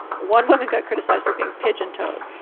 one woman got criticized for being pigeon-toed.